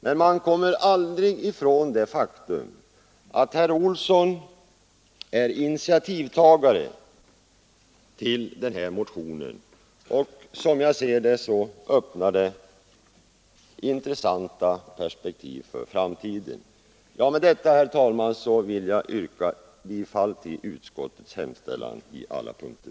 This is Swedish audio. Men man kommer aldrig ifrån det faktum att herr Olsson i Järvsö är initiativtagare till denna motion, och som jag ser det öppnar detta intressanta perspektiv för framtiden. Herr talman! Jag yrkar bifall till utskottets hemställan på alla punkter.